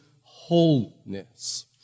wholeness